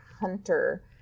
hunter